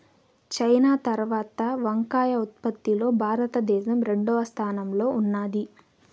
China తరవాత వంకాయ ఉత్పత్తి లో భారత దేశం రెండవ స్థానం లో ఉన్నాది